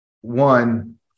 one